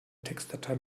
textdatei